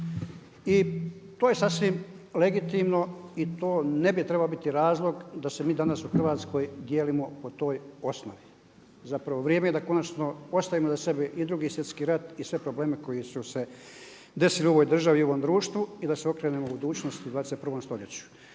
I to je sasvim legitimno i to ne bi trebalo biti razlog da se mi danas u Hrvatskoj dijelom po toj osnovi. Zapravo vrijeme je da konačno ostavimo iza sebe i 2. Svjetski rat i sve probleme koji su se desili u ovoj državi i u ovom društvu i da se okrenemo budućnosti i 21. stoljeću.